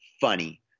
funny